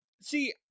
see